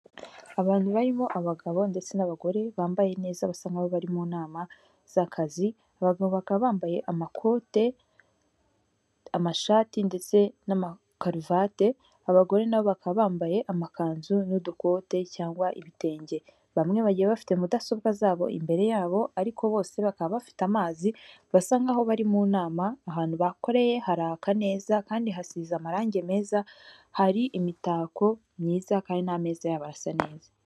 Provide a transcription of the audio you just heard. Abantu barimo abagabo ndetse n'abagore, bambaye neza bisa nkaho bari mu nama z'akazi, abagabo bakaba bambaye amakote amashati ndetse nama karuvati, abagore nabo bakaba bambaye amakanzu n'udukote, cyangwa ibitenge bamwe bagiye bafite mudasobwa zabo imbere yabo, ariko bose bakaba bafite amazi basa nk’aho bari mu nama, ahantu bakoreye haraka neza kandi hasize amarangi meza, hari imitako myiza kandi n'ameza yaho asa neza.